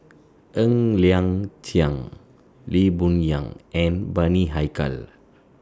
Ng Liang Chiang Lee Boon Yang and Bani Haykal